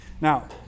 Now